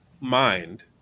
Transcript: mind